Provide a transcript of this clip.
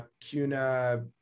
CUNA